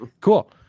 Cool